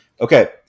Okay